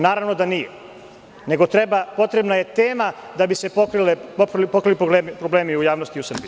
Naravno da nije, nego potrebna je tema da bi se pokrili problemi u javnosti u Srbiji.